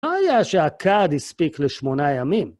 מה היה שהכד הספיק לשמונה ימים?.